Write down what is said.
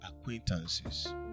acquaintances